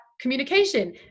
communication